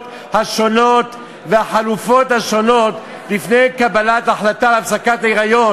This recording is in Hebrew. השונות והחלופות השונות לפני קבלת החלטה על הפסקת היריון.